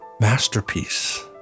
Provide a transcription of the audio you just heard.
masterpiece